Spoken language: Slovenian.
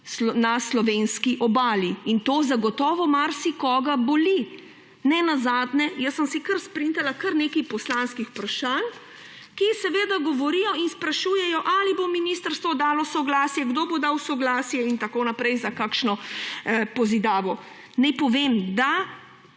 na slovenski Obali in to zagotovo marsikoga boli. Nenazadnje sem si kar sprintala kar nekaj poslanskih vprašanj, ki seveda govorijo in sprašujejo, ali bo ministrstvo dalo soglasje, kdo bo dal soglasje, in tako naprej, za kakšno pozidavo. Naj povem, da